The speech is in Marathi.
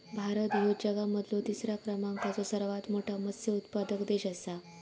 भारत ह्यो जगा मधलो तिसरा क्रमांकाचो सर्वात मोठा मत्स्य उत्पादक देश आसा